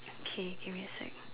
kay give me sec